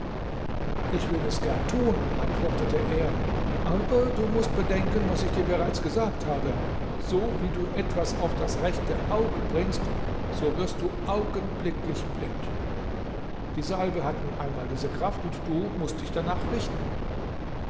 ich will es gern tun antwortete er aber du mußt bedenken was ich dir bereits gesagt habe so wie du etwas auf das rechte auge bringst so wirst du augenblicklich blind die salbe hat nun einmal diese kraft und du mußt dich danach richten